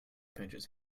pinches